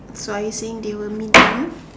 so are you saying they were mean to you